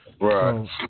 right